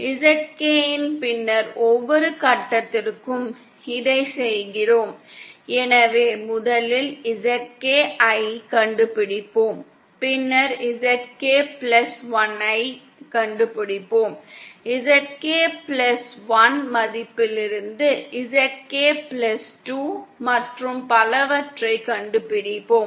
ZK இன் பின்னர் ஒவ்வொரு கட்டத்திற்கும் இதைச் செய்கிறோம் எனவே முதலில் ZK ஐக் கண்டுபிடிப்போம் பின்னர் ZK 1 ஐக் கண்டுபிடிப்போம் ZK 1 மதிப்பிலிருந்து ZK 2 மற்றும் பலவற்றைக் கண்டுபிடிப்போம்